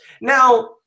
Now